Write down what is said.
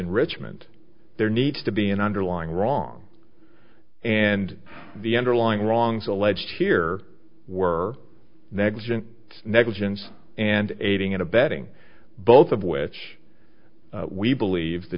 enrichment there needs to be an underlying wrong and the underlying wrongs alleged here were negligent negligence and aiding and abetting both of which we believe th